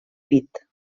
pit